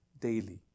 daily